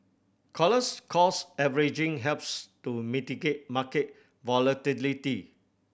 collars cost averaging helps to mitigate market volatility